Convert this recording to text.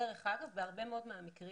דרך אגב, בהרבה מאוד מהמקרים